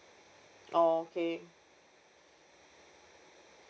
okay